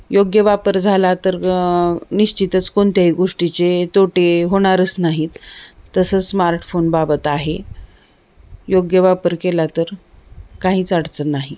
योग्य वापर झाला तर निश्चितच कोणत्याही गोष्टीचे तोटे होणारच नाहीत तसंच स्मार्टफोनबाबत आहे योग्य वापर केला तर काहीच अडचण नाही